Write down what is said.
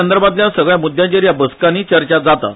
सदर्भातल्या सगळ्या म्द्यांचेर हया बसकांनी चर्चा जाता